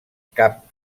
cap